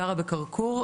גרה בכרכור,